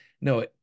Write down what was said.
no